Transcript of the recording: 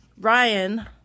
Ryan